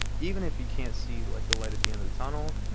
even if you can't see, like, the light at the end of the tunnel,